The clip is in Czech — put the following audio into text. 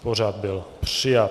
Pořad byl přijat.